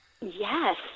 Yes